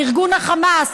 לארגון החמאס.